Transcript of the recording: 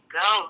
go